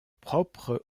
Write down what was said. propres